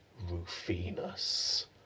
Rufinus